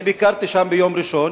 אני ביקרתי שם ביום ראשון,